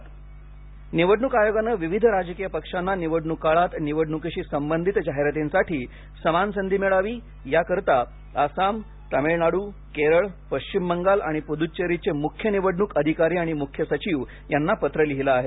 जाहिरात निवडणूक आयोगाने विविध राजकीय पक्षांना निवडणूक काळात निवडणूकीशी संबंधित जाहिरातींसाठी समान संधी मिळावी यासाठी आसाम तामिळनाडू केरळ पश्चिम बंगाल आणि पुडुचेरीचे मुख्य निवडणूक अधिकारी आणि मुख्य सचिव यांना पत्र लिहिले आहे